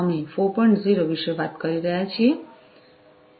0 વિશે વાત કરી રહ્યા છીએ જ્યાં ધ્યાન કનેક્ટિવિટી પર છે